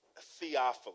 Theophilus